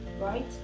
right